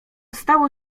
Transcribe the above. stało